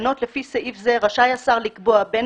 בתקנות לפי סעיף זה רשאי השר לקבוע בין